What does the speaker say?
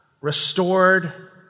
restored